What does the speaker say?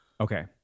Okay